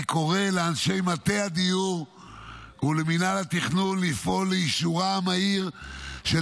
אני קורא לאנשי מטה הדיור ולמינהל התכנון לפעול לאישורה המהיר של